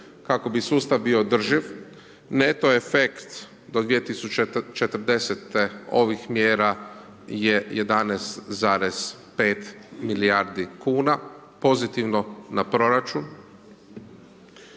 kako bi sustav bio održiv, neto efekt do 2040. ovih mjera je 11,5 milijardi kuna, pozitivno na proračun.